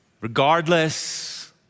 Regardless